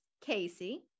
Casey